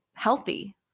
healthy